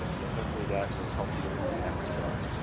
then hopefully, that will help you in that regard.